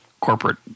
corporate